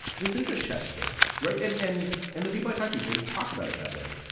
this is a chess game. right. and and and the people i talked to, they would talk about it that way.